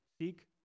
seek